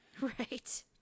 Right